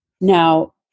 Now